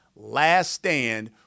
LASTSTAND